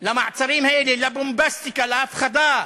למעצרים האלה, לבומבסטיקה, להפחדה,